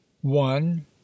one